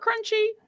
crunchy